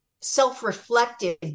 self-reflective